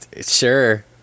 sure